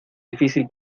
difícil